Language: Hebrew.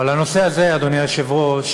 אבל הנושא הזה, אדוני היושב-ראש,